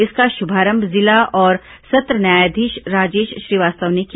इसका शुभारंभ जिला और सत्र न्यायाधीश राजेश श्रीवास्तव ने किया